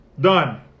Done